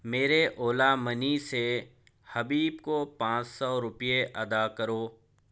میرے اولیٰ منی سے حبیب کو پانچ سو روپیے ادا کرو